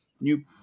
new